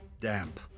damp